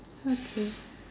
okay